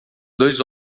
dois